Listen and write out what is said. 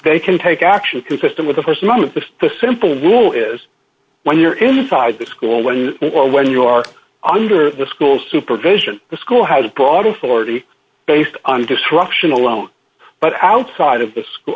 they can take action consistent with the st month of the simple rule is when you're inside the school when or when you are under the school's supervision the school has broad authority based on disruption alone but outside of the school